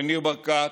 לניר ברקת